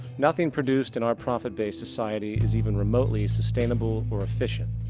nothing produced in our profit based society is even remotely sustainable or efficient.